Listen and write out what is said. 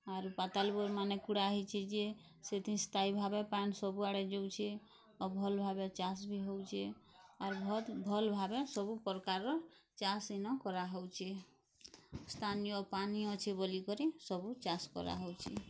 ଆରୁ ପାତାଲ୍ ପୁରୁ ମାନେ୍ କୁଡ଼ା ହେଇଛି ଯେ ସେଥି ସ୍ଥାୟୀଭାବେ ପ୍ୟାନ୍ ସବୁ ଆଡ଼େ ଜୁଉଛି ଆଉ ଭଲ୍ ଭାବେ ଚାଷ୍ ବି ହେଉଛି ଆଉ ଭାଉତ ଭଲ୍ ଭାବେ ସବୁ ପ୍ରକାର୍ ଚାଷ୍ ଇନ କରାହଉଛି ସ୍ଥାନୀୟ ପାନି ଅଛି ବୋଲି କରି ସବୁ ଚାଷ୍ କରାହଉଛି